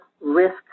risk